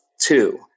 two